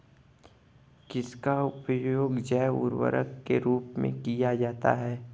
किसका उपयोग जैव उर्वरक के रूप में किया जाता है?